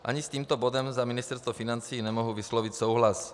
Ani s tímto bodem za Ministerstvo financí nemohu vyslovit souhlas.